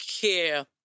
care